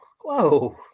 Whoa